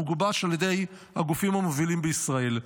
הוא גובש על ידי הגופים המובילים בישראל.